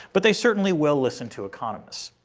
but they certainly will listen to economists.